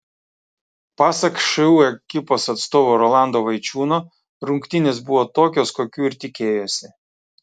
pasak šu ekipos atstovo rolando vaičiūno rungtynės buvo tokios kokių ir tikėjosi